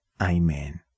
Amen